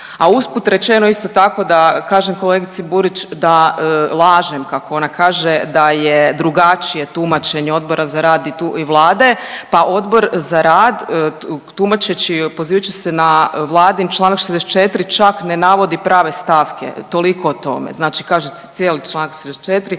a usput rečeno isto tako da kažem kolegici Burić da lažem kako ona kaže da je drugačije tumačenje Odbora za rad i Vlade pa Odbor za rad tumačeći, pozivajući se na Vladin Članak 64. čak ne navodi prave stavke. Toliko o tome. Znači kaže se cijeli Članak 64.